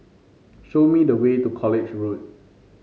show me the way to College Road